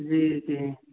जी जी